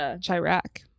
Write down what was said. chirac